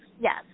Yes